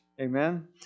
Amen